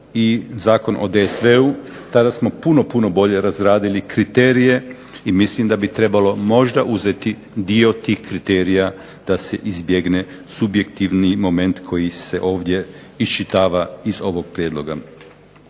i Zakon o DSV-u, tada smo puno, puno bolje razradili kriterije i mislim da bi trebalo možda uzeti dio tih kriterija da se izbjegne subjektivni moment koji se ovdje iščitava iz ovog prijedloga.